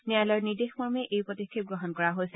ন্যায়ালয়ৰ নিৰ্দেশৰ মৰ্মেই এই পদক্ষেপ গ্ৰহণ কৰা হৈছে